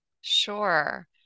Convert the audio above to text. Sure